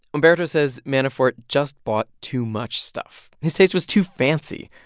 humberto says manafort just bought too much stuff. his taste was too fancy.